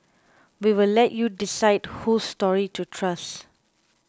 we'll let you decide whose story to trust